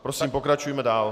Prosím, pokračujme dál.